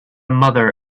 mother